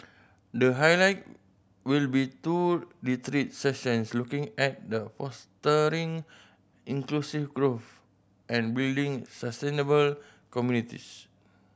the highlight will be two retreat sessions looking at the fostering inclusive growth and building sustainable communities